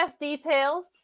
details